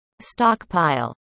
stockpile